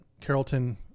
Carrollton